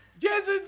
Yes